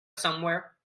somewhere